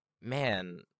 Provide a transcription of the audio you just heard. man